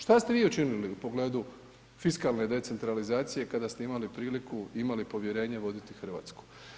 Šta ste vi učinili u pogledu fiskalne decentralizacije kada ste imali priliku i imali povjerenje voditi Hrvatsku?